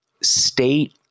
state